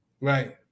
Right